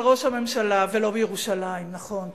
אבל ראש הממשלה, ולא בירושלים, נכון.